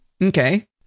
Okay